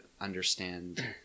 understand